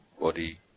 body